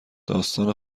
داستان